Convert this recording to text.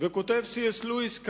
כותב ק"ס לואיס.